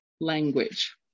language